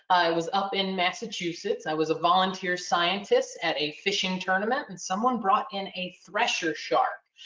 i was up in massachusetts, i was a volunteer scientist at a fishing tournament and someone brought in a thresher shark,